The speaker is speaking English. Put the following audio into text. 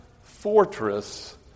fortress